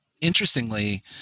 interestingly